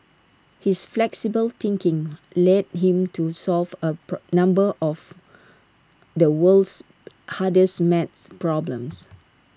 his flexible thinking led him to solve A per number of the world's hardest maths problems